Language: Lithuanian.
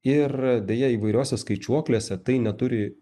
ir deja įvairiose skaičiuoklėse tai neturi